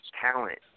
talent